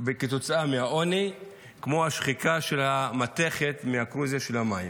כתוצאה מהעוני כמו השחיקה של מתכת מהקורוזיה של המים.